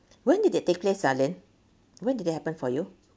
when did that take place ah ling when did that happen for you